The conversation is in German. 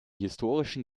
historischen